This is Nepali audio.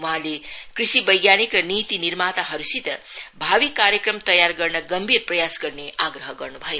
वहाँले कृषि वैज्ञानिक र नीति निर्माताहरूसित भावी कार्यक्रम तैयार गर्न गम्भीर प्रयास गर्ने आग्रह गर्नु भयो